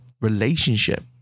relationship